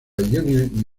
union